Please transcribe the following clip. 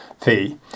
fee